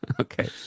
Okay